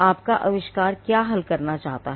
आपका आविष्कार क्या हल करना चाहता है